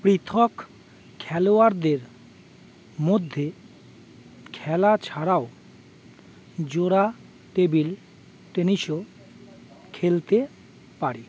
পৃথক খেলোয়াড়দের মধ্যে খেলা ছাড়াও জোড়া টেবিল টেনিসও খেলতে পারে